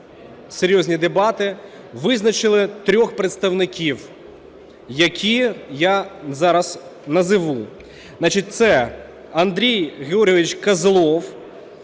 серйозні дебати, визначив трьох представників, які я зараз назву. Значить, це Андрій Георгійович Козлов,